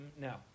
Now